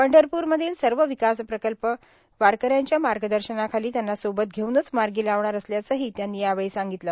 पंढरपूरमधील सर्व विकास प्रकल्प वारकऱ्यांच्या मार्गदर्शनाखाली त्यांना सोबत घेऊनच मार्गी लावणार असल्याचंही त्यांनी यावेळी सांगितलं